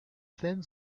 thin